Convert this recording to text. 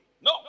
No